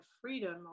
freedom